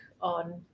on